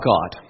God